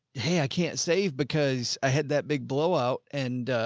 hey, i can't save because i had that big blow out and,